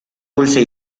dulce